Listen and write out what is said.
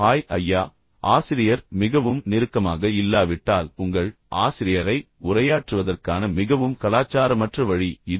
hi ஐயா ஆசிரியர் மிகவும் நெருக்கமாக இல்லாவிட்டால் உங்கள் ஆசிரியரை உரையாற்றுவதற்கான மிகவும் கலாச்சாரமற்ற வழி இது